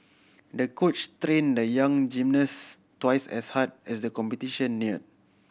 the coach train the young gymnast twice as hard as the competition near